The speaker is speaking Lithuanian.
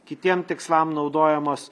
kitiem tikslam naudojamos